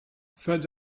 fed